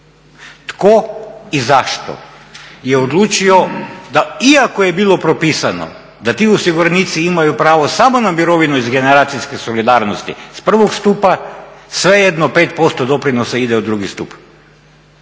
Tko i zašto je odlučio da iako je bilo propisano da ti osiguranici imaju pravo samo na mirovinu u generacijske solidarnosti s prvog stupa svejedno 5% doprinosa ide u drugi stup.